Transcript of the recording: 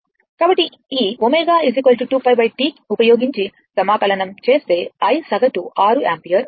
కాబట్టి ఈ ω 2πT ఉపయోగించి సమాకలనం చేస్తే i సగటు 6 యాంపియర్ అవుతుంది